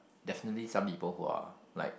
definitely some people who are like